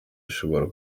ishobora